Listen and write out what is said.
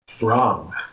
Wrong